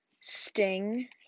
Sting